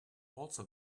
also